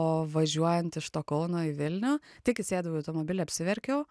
o važiuojant iš to kauno į vilnių tik įsėdau į automobilį apsiverkiau